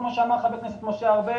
כפי שאמר חבר הכנסת ארבל,